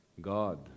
God